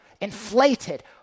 inflated